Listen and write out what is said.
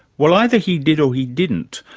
well either he did or he didn't,